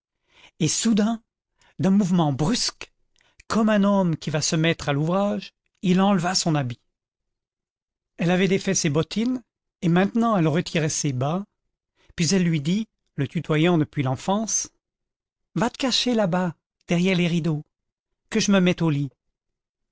et soudain d'un mouvement brusque comme un homme qui va se mettre à l'ouvrage il enleva son habit elle avait défait ses bottines et maintenant elle retirait ses bas puis elle lui dit le tutoyant depuis l'enfance va te cacher là-bas derrière les rideaux que j me mette au lit